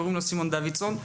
קוראים לו סימון דוידסון.